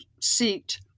seat